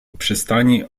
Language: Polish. przystani